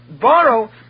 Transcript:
borrow